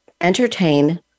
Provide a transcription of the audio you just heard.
entertain